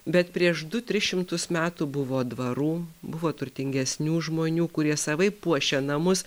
bet prieš du tris šimtus metų buvo dvarų buvo turtingesnių žmonių kurie savaip puošė namus